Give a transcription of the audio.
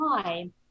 time